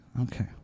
Okay